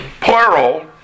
plural